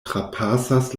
trapasas